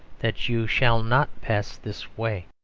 that you shall not pass this way.